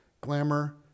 glamour